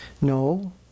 No